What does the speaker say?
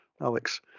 alex